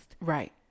Right